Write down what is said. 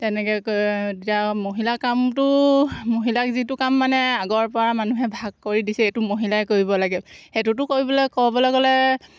তেনেকৈ এতিয়া মহিলাৰ কামটো মহিলাক যিটো কাম মানে আগৰপৰা মানুহে ভাগ কৰি দিছে এইটো মহিলাই কৰিব লাগে সেইটোতো কৰিবলৈ ক'বলৈ গ'লে